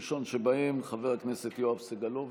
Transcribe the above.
הראשון שבהם, חבר הכנסת יואב סגלוביץ'.